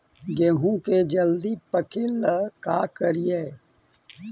गेहूं के जल्दी पके ल का करियै?